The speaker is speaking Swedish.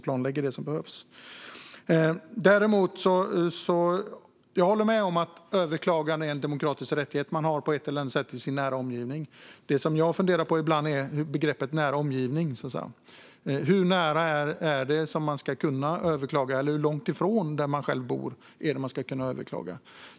Jag håller med om att överklagande är en demokratisk rättighet. Man har rätt att överklaga sådant som gäller ens nära omgivning. Men jag funderar ibland på begreppet "nära omgivning". Hur nära den plats där man bor ska det handla om för att man ska ha rätt att överklaga?